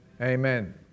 Amen